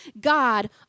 God